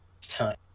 time